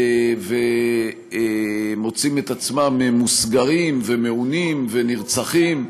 מוצאים את עצמם מוסגרים ומעונים ונרצחים.